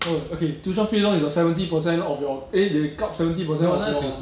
oh okay tuition fee loan is a seventy percent of your eh they kup seventy percent of your